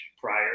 prior